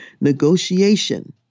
negotiation